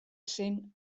zen